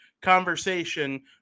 conversation